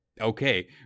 Okay